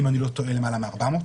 אם אני לא טועה למעלה מ-400,